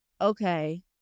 okay